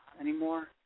anymore